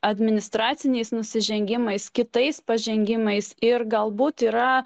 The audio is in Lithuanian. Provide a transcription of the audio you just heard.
administraciniais nusižengimais kitais pažengimais ir galbūt yra